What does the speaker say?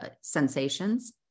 sensations